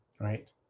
right